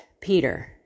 Peter